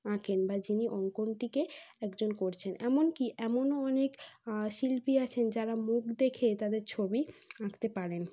আঁকেন বা যিনি অঙ্কনটিকে একজন করছেন এমনকি এমনও অনেক শিল্পী আছেন যারা মুখ দেখে তাদের ছবি আঁকতে পারেন